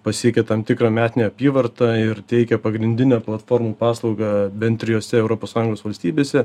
pasiekia tam tikrą metinę apyvartą ir teikia pagrindinę platformų paslaugą bent trijose europos sąjungos valstybėse